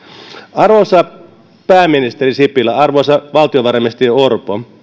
arvoisa pääministeri sipilä arvoisa valtiovarainministeri orpo